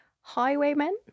Highwaymen